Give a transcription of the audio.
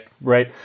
right